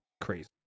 crazy